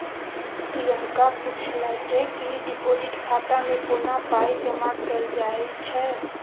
प्रियंका पुछलकै कि डिपोजिट खाता मे कोना पाइ जमा कयल जाइ छै